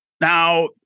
Now